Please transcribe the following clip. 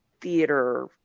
theater